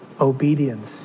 Obedience